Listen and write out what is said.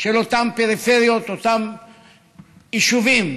של אותן פריפריות, אותם יישובים